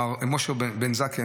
מר משה בן זקן,